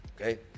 okay